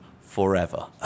forever